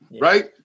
Right